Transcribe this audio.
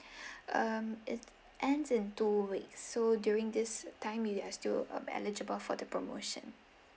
um it ends in two weeks so during this time we are still eligible for the promotion